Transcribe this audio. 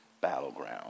battleground